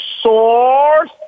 source